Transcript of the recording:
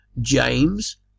James